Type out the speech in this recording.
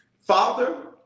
Father